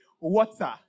water